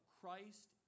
Christ